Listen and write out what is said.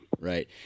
Right